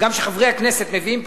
וגם שחברי הכנסת מביאים,